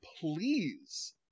please